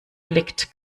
blickt